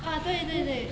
啊对对对